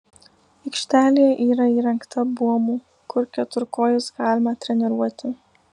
aikštelėje yra įrengta buomų kur keturkojus galima treniruoti